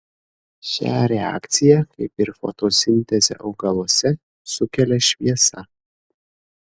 šią reakciją kaip ir fotosintezę augaluose sukelia šviesa